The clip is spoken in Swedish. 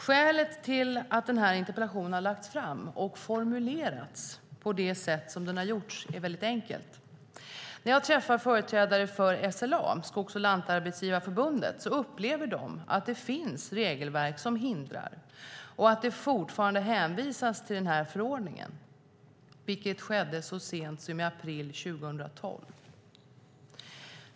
Skälet till att denna interpellation har lagts fram och formulerats på det här sättet är enkelt. När jag har träffat företrädare för SLA, Skogs och lantarbetsgivareförbundet, upplever de att det finns regelverk som hindrar och att det fortfarande hänvisas till den här förordningen, vilket skedde så sent som i april 2012.